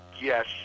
Yes